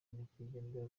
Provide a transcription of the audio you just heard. nyakwigendera